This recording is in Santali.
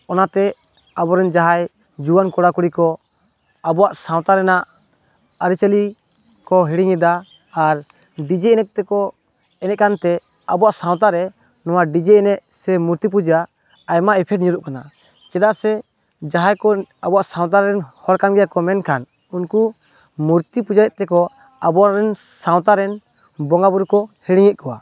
ᱚᱱᱟᱛᱮ ᱟᱵᱚᱨᱮᱱ ᱡᱟᱦᱟᱸᱭ ᱡᱩᱣᱟᱹᱱ ᱠᱚᱲᱟ ᱠᱩᱲᱤ ᱠᱚ ᱟᱵᱚᱣᱟᱜ ᱥᱟᱶᱛᱟ ᱨᱮᱱᱟᱜ ᱟᱹᱨᱤᱪᱟᱞᱤ ᱠᱚ ᱦᱤᱲᱤᱧᱮᱫᱟ ᱟᱨ ᱰᱤᱡᱮ ᱮᱱᱮᱡ ᱛᱮᱠᱚ ᱮᱱᱮᱡ ᱠᱟᱱᱛᱮ ᱟᱵᱚᱣᱟᱜ ᱥᱟᱶᱛᱟᱨᱮ ᱱᱚᱣᱟ ᱰᱤᱡᱮ ᱮᱱᱮᱡ ᱥᱮ ᱢᱩᱨᱛᱤᱯᱩᱡᱟ ᱟᱭᱢᱟ ᱤᱯᱷᱮᱠᱴ ᱧᱩᱨᱩᱜ ᱠᱟᱱᱟ ᱪᱮᱫᱟᱜ ᱥᱮ ᱡᱟᱦᱟᱭ ᱠᱚᱨᱮᱱ ᱟᱵᱚᱣᱟᱜ ᱥᱟᱶᱛᱟᱨᱮᱱ ᱦᱚᱲ ᱠᱟᱱᱜᱮᱭᱟ ᱠᱚ ᱢᱮᱱᱠᱷᱟᱱ ᱩᱱᱠᱩ ᱢᱩᱨᱛᱤ ᱯᱩᱡᱟᱹᱭᱮᱫ ᱛᱮᱠᱚ ᱟᱵᱚᱨᱮᱱ ᱥᱟᱶᱛᱟᱨᱮᱱ ᱵᱚᱸᱜᱟ ᱵᱩᱨᱩ ᱠᱚ ᱦᱤᱲᱤᱧᱮᱫ ᱠᱚᱣᱟ